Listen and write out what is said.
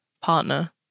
partner